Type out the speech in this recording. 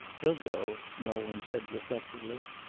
he'll go, nolan said reflectively.